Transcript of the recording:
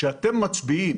כשאתם מצביעים